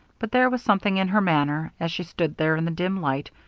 but there was something in her manner, as she stood there in the dim light,